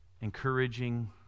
encouraging